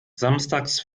samstags